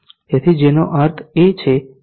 તેથી જેનો અર્થ છે કે તે y અક્ષ સાથે છે